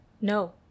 No